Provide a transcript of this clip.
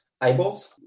eyeballs